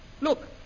Look